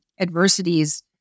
adversities